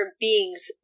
beings